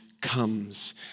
comes